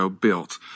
built